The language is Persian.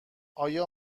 اما